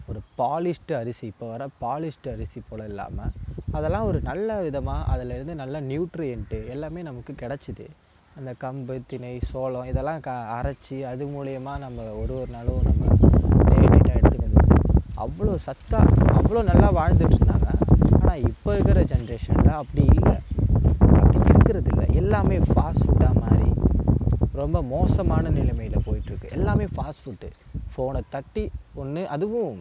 ஒரு பாலிஷ்ட் அரிசி இப்போ வர பாலிஷ்ட் அரிசி போல இல்லாமல் அதெல்லாம் ஒரு நல்ல விதமாக அதுலேருந்து நல்லா நியூட்ரியன்ட்டு எல்லாமே நமக்கு கிடைச்சுது அந்த கம்பு திணை சோளம் இதெல்லாம் க அரைச்சி அது மூலியமாக நம்ம ஒரு ஒரு நாளும் நம்ம அவ்வளோ சத்தாக அவ்வளோ நல்லா வாழ்ந்துகிட்டு இருந்தாங்கள் ஆனால் இப்போ இருக்குகிற ஜென்ரேஷனில் அப்படி இல்லை அப்படி இருக்குறதில்லை எல்லாமே ஃபாஸ்ட் ஃபுட்டாக மாற்றி ரொம்ப மோசமான நிலமையில் போயிட்டு இருக்கும் எல்லாமே ஃபாஸ்ட் ஃபுட்டு ஃபோனை தட்டி ஒன்று அதுவும்